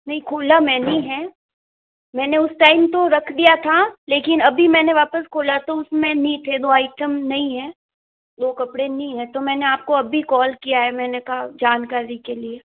नहीं खोला मैंने है मैंने उस टाइम तो रख दिया था लेकिन अभी मैंने वापस खोला तो उसमें नहीं थे दो आइटम नहीं है दो कपड़े नहीं है तो मैंने आपको अभी कॉल किया है मैंने कहा जानकारी के लिए